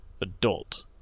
adult